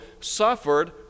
suffered